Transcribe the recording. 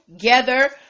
together